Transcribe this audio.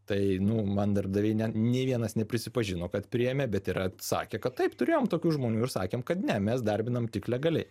tai nu man darbdaviai ne nėi vienas neprisipažino kad priėmė bet ir atsakė kad taip turėjome tokių žmonių ir sakėm kad ne mes darbiname tik legaliai